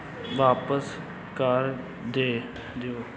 ਵਾਪਿਸ ਕਰ ਦੇ ਦਿਓ